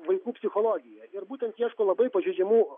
vaikų psichologiją ir būtent ieško labai pažeidžiamų